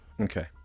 okay